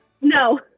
No